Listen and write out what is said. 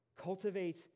Cultivate